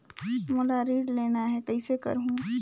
मोला ऋण लेना ह, कइसे करहुँ?